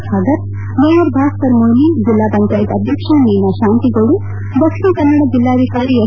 Khader mayor ಭಾಸ್ತರ ಮೊಯ್ಲಿ ಜಿಲ್ಲಾ ಪಂಚಾಯತ್ ಅಧ್ಯಕ್ಷ ಮೀನಾಕ್ಷಿ ತಾಂತಿಗೋಡು ದಕ್ಷಿಣ ಕನ್ನಡ ಜಿಲ್ಲಾಧಿಕಾರಿ ಎಸ್